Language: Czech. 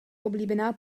oblíbená